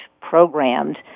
programmed